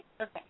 Okay